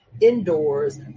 indoors